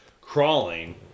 crawling